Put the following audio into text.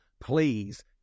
Please